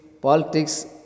politics